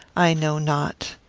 i know not.